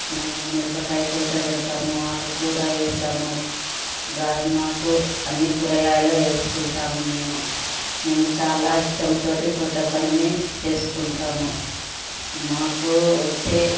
మేము మిరపకాయ తోట పెడతాము ఆకు కూర ఏస్తాము గరం ఆకు అన్ని కూరగాయలు ఏసుకుంటాము మేము మేము చాలా ఇష్టం తోటి తోట పనిని చేసుకుంటాము మాకు వచ్చే